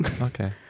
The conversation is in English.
Okay